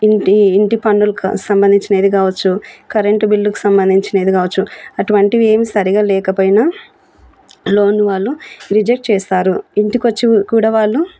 ఇంటి ఇంటి పన్నులకి సంబంధించిన ఇది కావచ్చు కరెంటు బిల్లుకి సంబంధించినది కావచ్చు అటువంటివి ఏవి సరిగ్గా లేకపోయినా లోన్ వాళ్ళు రిజెక్ట్ చేస్తారు ఇంటికొచ్చి కూడా వాళ్ళు